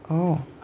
oh